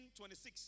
26